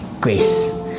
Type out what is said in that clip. grace